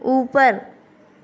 اوپر